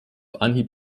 anhieb